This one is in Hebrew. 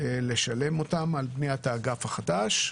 לשלם אותו על בניית האגף החדש.